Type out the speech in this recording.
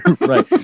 Right